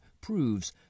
proves